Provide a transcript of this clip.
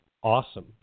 Awesome